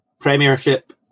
Premiership